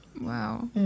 Wow